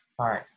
right